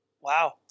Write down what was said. wow